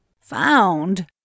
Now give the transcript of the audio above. Found